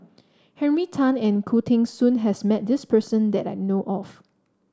Henry Tan and Khoo Teng Soon has met this person that I know of